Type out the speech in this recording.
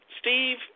Steve